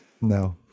no